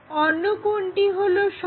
অন্য কোণটি হলো 60°